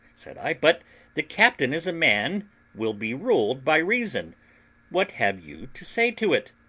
said i, but the captain is a man will be ruled by reason what have you to say to it?